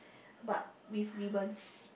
but with ribbons